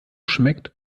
schmeckt